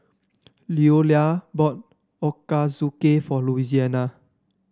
Leola bought Ochazuke for Louisiana